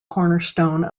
cornerstone